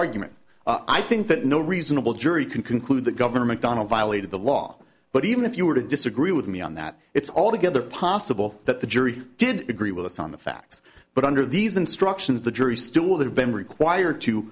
argument i think that no reasonable jury can conclude that governor mcdonnell violated the law but even if you were to disagree with me on that it's altogether possible that the jury did agree with us on the facts but under these instructions the jury still would have been required to